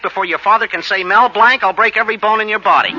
before your father can say mel blanc i'll break every bone in your body